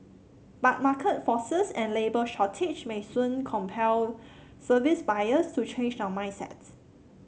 but market forces and labour shortage may soon compel service buyers to change their mindsets